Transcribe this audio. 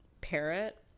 parrot